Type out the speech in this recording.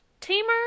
tamer